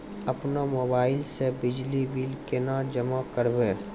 अपनो मोबाइल से बिजली बिल केना जमा करभै?